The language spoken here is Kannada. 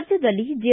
ರಾಜ್ಯದಲ್ಲಿ ಜೆ